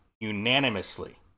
unanimously